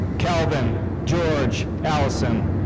calvin george allison.